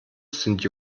sind